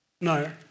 No